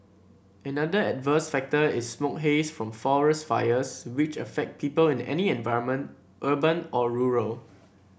another adverse factor is smoke haze from forest fires which affect people in any environment urban or rural